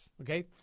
okay